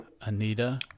Anita